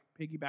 piggyback